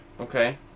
Okay